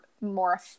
more